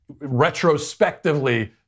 retrospectively